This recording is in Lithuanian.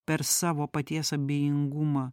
per savo paties abejingumą